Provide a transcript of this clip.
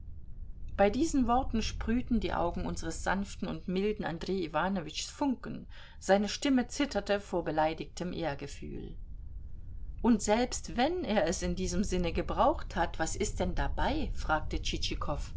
bei diesen worten sprühten die augen unseres sanften und milden andrej iwanowitschs funken seine stimme zitterte vor beleidigtem ehrgefühl und selbst wenn er es in diesem sinne gebraucht hat was ist denn dabei fragte